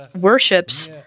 worships